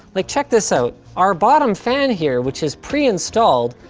like check this out. our bottom fan here, which is preinstalled,